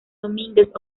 domínguez